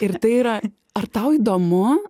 ir tai yra ar tau įdomu